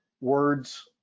words